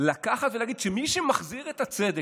לקחת ולהגיד שמי שמחזיר את הצדק,